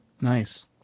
nice